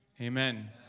Amen